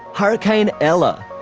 hurricane ella.